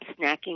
snacking